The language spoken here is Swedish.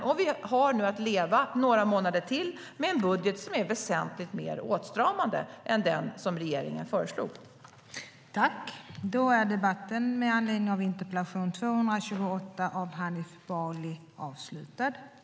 Och vi har nu att leva några månader till med en budget som är väsentligt mer åtstramande än den som regeringen föreslog.